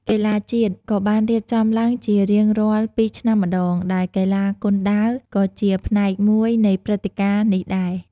កីឡាជាតិ ក៏បានរៀបចំឡើងជារៀងរាល់ ២ឆ្នាំម្តង ដែលកីឡាគុនដាវក៏ជាផ្នែកមួយនៃព្រឹត្តិការណ៍នេះដែរ។